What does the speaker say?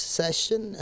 session